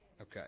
Okay